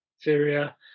Syria